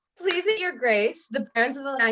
please it your grace, the barons of the land,